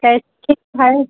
कैसे है